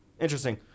interesting